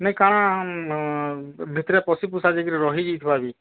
ନାଇଁ କାଣା ଭିତରେ ପଶିପଶା ଯେଇକିରି ରହିଯାଇଥିବା ବି